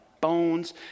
bones